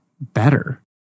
better